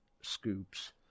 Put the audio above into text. scoops